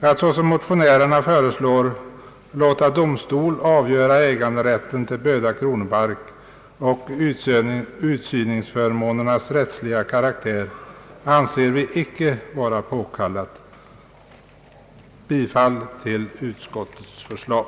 Att såsom motionärerna föreslår låta domstol avgöra äganderätten till Böda kronopark och utsyningsförmånernas rättsliga karaktär, anser vi icke vara påkallat. Jag yrkar bifall till utskottets förslag.